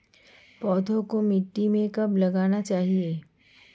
पौधे को मिट्टी में कब लगाना चाहिए?